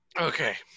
Okay